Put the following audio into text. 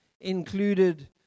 included